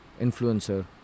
Influencer